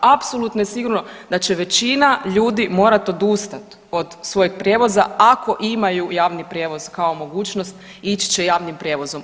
Apsolutno je sigurno da će većina ljudi morati odustati od svojeg prijevoza ako imaju javni prijevoz kao mogućnost ići će javnim prijevozom.